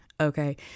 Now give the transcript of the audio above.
okay